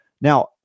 Now